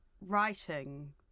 writing